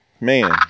man